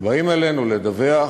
שבאים אלינו לדווח,